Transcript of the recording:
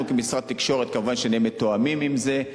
אנחנו כמשרד התקשורת כמובן נהיה מתואמים עם זה,